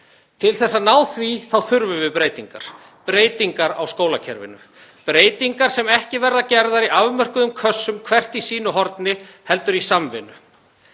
Til þess að ná því þurfum við breytingar á skólakerfinu, breytingar sem ekki verða gerðar í afmörkuðum kössum hver í sínu horni heldur í samvinnu.